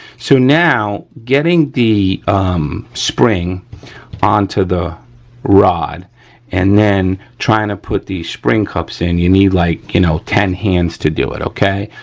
so now, getting the spring onto the rod and then trying to put the spring cups in you need like, you know, ten hands to do it, okay,